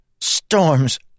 Storms